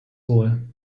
wohl